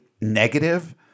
negative